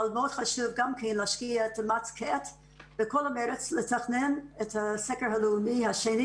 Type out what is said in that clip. אבל מאוד חשוב גם כן להשקיע את כל המרץ לתכן את הסקר הלאומי השני